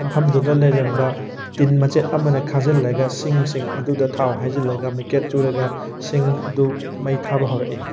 ꯃꯐꯝꯗꯨꯗ ꯂꯩꯔꯝꯕ ꯇꯤꯟ ꯃꯆꯦꯠ ꯑꯃꯅ ꯈꯥꯖꯤꯜꯂꯒ ꯁꯤꯡꯁꯤꯡ ꯑꯗꯨꯗ ꯊꯥꯎ ꯍꯩꯖꯤꯜꯂꯒ ꯃꯩꯈꯦꯠ ꯆꯨꯔꯒ ꯁꯤꯡ ꯑꯗꯨ ꯃꯩ ꯊꯥꯕ ꯍꯧꯔꯛꯏ